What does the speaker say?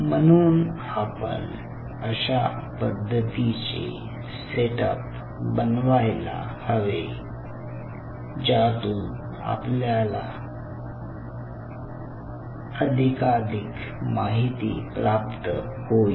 म्हणून आपण अशा पद्धतीचे सेटअप बनवायला हवे ज्यातून आपल्याला अधिकाधिक माहिती प्राप्त होईल